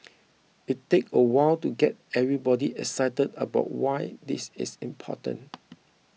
it take a while to get everybody excited about why this is important